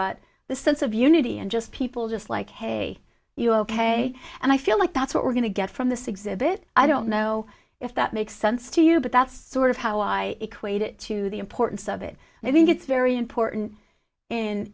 but the sense of unity and just people just like hey you ok and i feel like that's what we're going to get from this exhibit i don't know if that makes sense to you but that's sort of how i equate it to the importance of it and i think it's very important